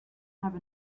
have